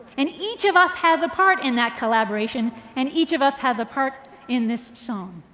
and each of us has a part in that collaboration and each of us has a part in this song.